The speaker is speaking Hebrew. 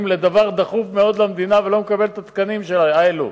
לדבר דחוף מאוד למדינה והוא לא מקבל את התקנים הללו.